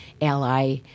ally